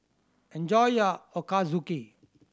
enjoy your Ochazuke